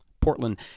Portland